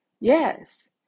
Yes